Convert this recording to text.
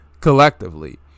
collectively